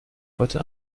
heute